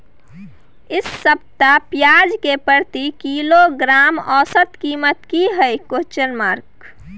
इ सप्ताह पियाज के प्रति किलोग्राम औसत कीमत की हय?